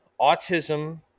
autism